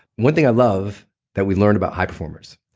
one thing i love that we've learned about high performers,